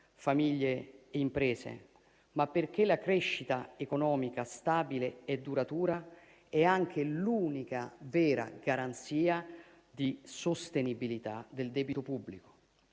famiglie e imprese, ma perché la crescita economica stabile e duratura è anche l'unica vera garanzia di sostenibilità del debito pubblico.